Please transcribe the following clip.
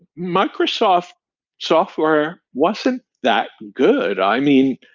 microsoft software wasn't that good. i mean,